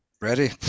Ready